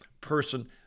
person